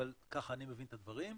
אבל כך אני מבין את הדברים,